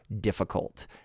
difficult